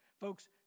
Folks